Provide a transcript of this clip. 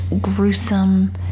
gruesome